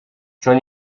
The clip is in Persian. چون